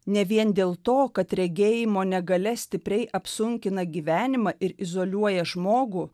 ne vien dėl to kad regėjimo negalia stipriai apsunkina gyvenimą ir izoliuoja žmogų